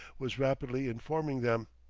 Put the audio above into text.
was rapidly informing them.